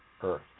earth